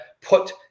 put